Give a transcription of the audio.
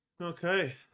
Okay